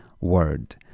word